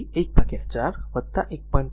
તેથી 1 4 1